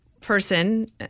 person